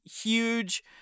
huge